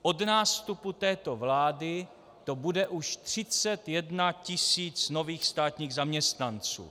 Od nástupu této vlády to bude už 31 000 nových státních zaměstnanců.